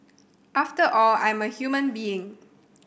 after all I'm a human being